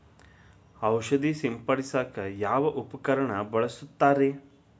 ಔಷಧಿ ಸಿಂಪಡಿಸಕ ಯಾವ ಉಪಕರಣ ಬಳಸುತ್ತಾರಿ?